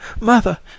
mother